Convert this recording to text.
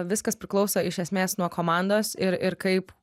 viskas priklauso iš esmės nuo komandos ir ir kaip